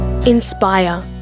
Inspire